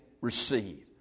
receive